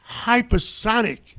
hypersonic